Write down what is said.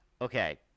Okay